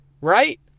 Right